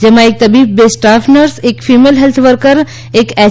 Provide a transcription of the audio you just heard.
જેમાં એક તબીબ બે સ્ટાફ નર્સ એક ફિમેલ હેલ્થ વર્કર એક એલ